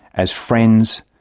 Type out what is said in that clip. as friends,